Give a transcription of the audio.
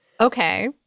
Okay